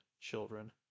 children